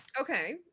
Okay